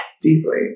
Deeply